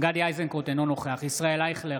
גדי איזנקוט, אינו נוכח ישראל אייכלר,